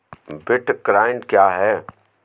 Bitcoin क्या है?